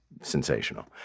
sensational